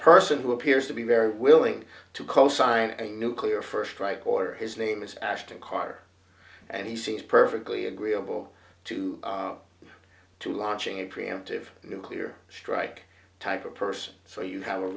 person who appears to be very willing to cosign a nuclear first strike or his name is ashton carter and he seems perfectly agreeable to to launching a preemptive nuclear strike type of person so you have a